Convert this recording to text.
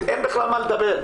אין בכלל מה לדבר.